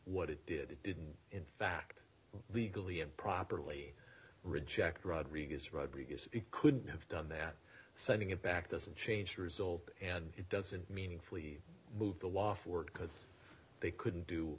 what it did it didn't in fact legally improperly reject rodriguez rodriguez it could have done that sending it back doesn't change the result and it doesn't meaningfully move the last word because they couldn't do